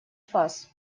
фаз